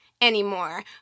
anymore